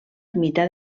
ermita